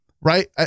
Right